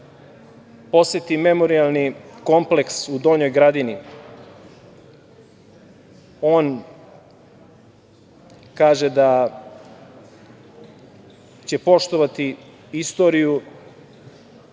poseti Memorijalni kompleks u Donjoj Gradini on kaže da će poštovati istoriju